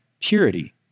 purity